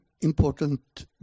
important